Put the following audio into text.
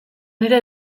nire